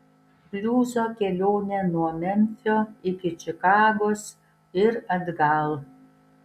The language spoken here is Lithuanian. bliuzo kelionė nuo memfio iki čikagos ir atgal